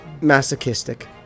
masochistic